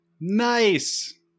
Nice